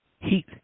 heat